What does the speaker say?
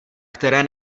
které